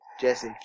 Jesse